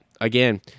again